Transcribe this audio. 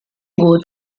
good